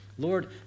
Lord